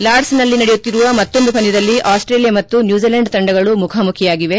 ಲಾರ್ಡ್ಸನಲ್ಲಿ ನಡೆಯುತ್ತಿರುವ ಮತ್ತೊಂದು ಪಂದ್ಯದಲ್ಲಿ ಆಸ್ಟೇಲಿಯಾ ಮತ್ತು ನ್ಯೂಜಿಲೆಂಡ್ ತಂಡಗಳು ಮುಖಾಮುಖಿಯಾಗಿವೆ